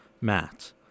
Matt